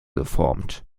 geformt